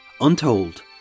untold